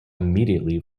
immediately